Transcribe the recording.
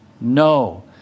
No